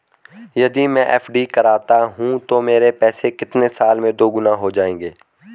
यदि मैं एफ.डी करता हूँ तो मेरे पैसे कितने साल में दोगुना हो जाएँगे?